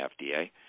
FDA